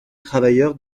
travailleurs